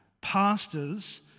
pastors